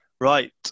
Right